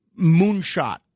moonshot